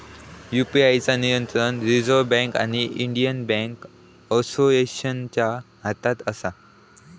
UPI चा नियंत्रण reserve bank आणि इंडियन बॅन्क असोसिएशनच्या हातात असा